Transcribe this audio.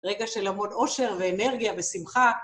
רגע של המון עושר ואנרגיה ושמחה.